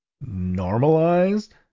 normalized